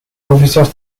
professeur